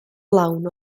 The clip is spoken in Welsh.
lawn